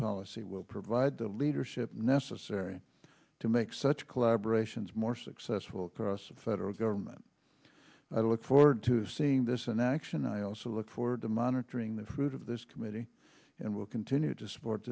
policy will provide the leadership necessary to make such collaboration's more successful across the federal government i look forward to seeing this in action i also look forward to monitoring the food of this committee and will continue to support